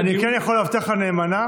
אני כן יכול להבטיח לך נאמנה